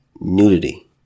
nudity